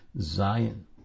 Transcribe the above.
Zion